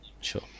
sure